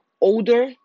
older